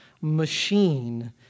machine